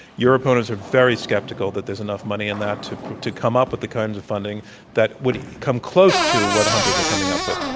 your opponents are very skeptical that there is enough money in that to to come up with the kinds of funding that would come close to what hunters are coming up with.